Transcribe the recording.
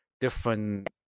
different